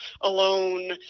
alone